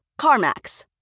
CarMax